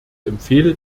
empfehle